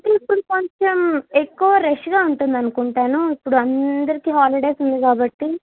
అంటే ఇప్పుడు కొంచెం ఎక్కువ రష్గా ఉంటుంది అనుకుంటాను ఇప్పుడు అందరికి హాలిడేస్ ఉంది కాబట్టి